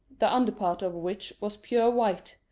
the under part of which was pure white,